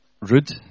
rude